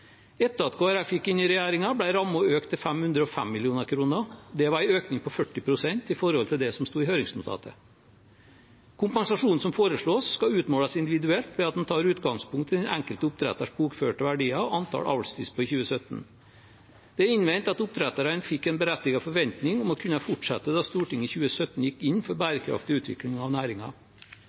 Etter at Kristelig Folkeparti gikk inn i regjeringen, ble rammen økt til 505 mill. kr. Det var en økning på 40 pst. i forhold til det som sto i høringsnotatet. Kompensasjonen som foreslås, skal utmåles individuelt ved at en tar utgangspunkt i den enkelte oppdretters bokførte verdier og antallet avlstisper i 2017. Det er innvendt at oppdretterne fikk en berettiget forventning om å kunne fortsette da Stortinget i 2017 gikk inn for bærekraftig utvikling av